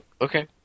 Okay